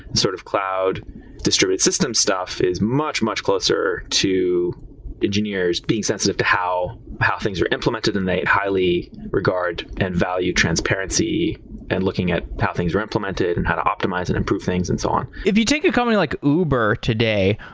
sort of cloud distributed system stuff, is much, much closer to engineers being sensitive to how how things are implemented than they had highly regard and value transparency and looking at how things are implemented and how to optimize and improve things and so on. if you take a company like uber today,